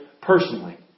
personally